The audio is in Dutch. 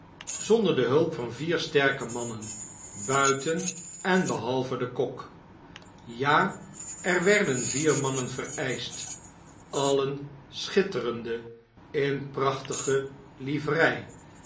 zonder de hulp van vier sterke mannen buiten en behalve den kok jal er werden vier mannen vereischt alien schitterende in prachtige livrei